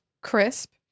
crisp